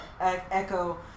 Echo